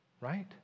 right